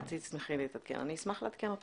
אני אשמח לעדכן אותך.